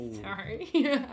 Sorry